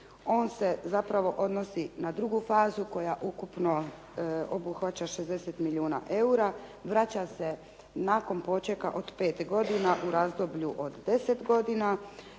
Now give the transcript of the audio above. On se zapravo odnosi na drugu fazu koja ukupno obuhvaća 60 milijuna eura, vraća se nakon počeka od 5 godina u razdoblju od 10 godina